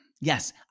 Yes